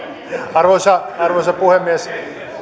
arvoisa arvoisa puhemies